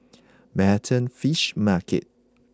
Manhattan Fish Market